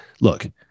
Look